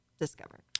discovered